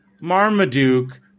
Marmaduke